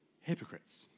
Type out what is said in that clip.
hypocrites